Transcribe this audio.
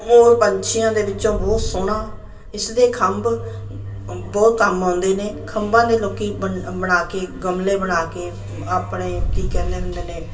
ਮੋਰ ਪੰਛੀਆਂ ਦੇ ਵਿੱਚੋਂ ਬਹੁਤ ਸੋਹਣਾ ਇਸ ਦੇ ਖੰਭ ਬਹੁਤ ਕੰਮ ਆਉਂਦੇ ਨੇ ਖੰਭਾਂ ਦੇ ਲੋਕੀ ਬਣਾ ਕੇ ਗਮਲੇ ਬਣਾ ਕੇ ਆਪਣੇ ਕੀ ਕਹਿੰਦੇ ਹੁੰਦੇ ਨੇ